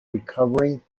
recovering